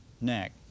neck